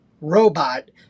robot